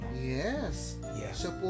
Yes